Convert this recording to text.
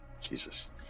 Jesus